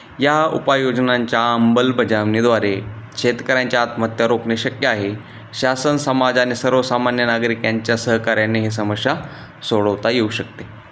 या उपाययोजनांच्या अंमलबजावणीद्वारे शेतकऱ्यांच्या आत्महत्या रोकणे शक्य आहे शासन समाजाने सर्वसामान्य नागरिकांच्या सहकार्यांने ही समस्या सोडवता येऊ शकते